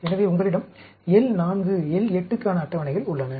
எனவே உங்களிடம் L 4 L 8 க்கான அட்டவணைகள் உள்ளன